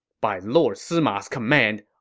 by lord sima's command,